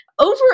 Over